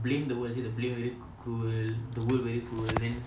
blame the world say the blame very cruel the world very cruel then